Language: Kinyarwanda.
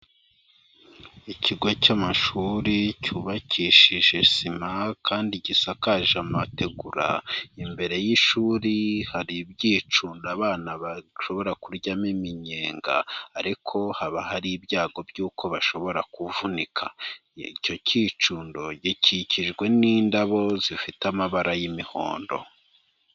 Ikigo cy'amashuri, cyubakishije sima, kandi gisakaje amategura. Imbere y'ishuri, hari ibyicundo abana bashobora kuryamo iminyenga, ariko haba hari ibyago by'uko bashobora kuvunika. Icyo kicundo, gikikijwe n'indabo, zifite amabara y'imihondo.